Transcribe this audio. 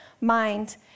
mind